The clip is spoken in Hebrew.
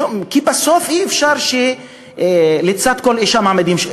כי בסוף אי-אפשר שלצד כל אישה יעמידו שוטר,